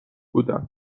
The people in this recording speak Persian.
بودم